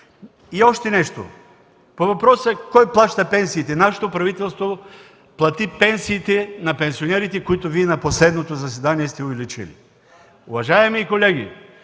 И още нещо, по въпроса кой плаща пенсиите. Казвате: „Нашето правителство плати пенсиите на пенсионерите, които Вие на последното заседание сте увеличили.” Уважаеми колеги,